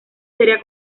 sería